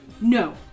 No